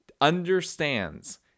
understands